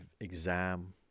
exam